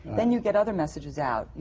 then you get other messages out.